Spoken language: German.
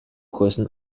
größen